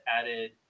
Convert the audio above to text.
added